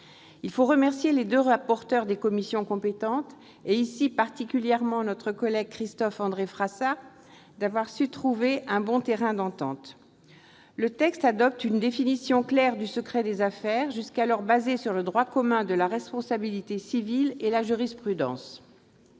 Il faut remercier les deux rapporteurs des commissions compétentes, particulièrement notre collègue Christophe-André Frassa, d'avoir su trouver un bon terrain d'entente. Le texte adopte une définition claire du secret des affaires, jusqu'alors fondé sur le droit commun de la responsabilité civile et la jurisprudence.